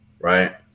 right